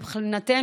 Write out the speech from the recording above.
מבחינתנו,